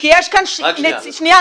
רק שנייה.